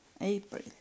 April